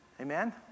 Amen